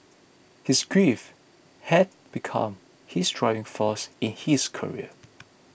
his grief had become his driving force in his career